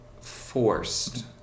forced